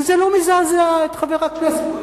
וזה לא מזעזע את חבר הכנסת,